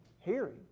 hearing